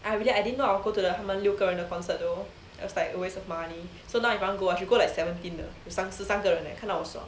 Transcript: I really I didn't know I will go to the 他们六个人的 concert though it was like a waste of money so now if I want to go I should go like seventeen 的 the 三十三个人 that kind 看到我爽